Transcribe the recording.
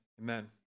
Amen